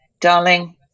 darling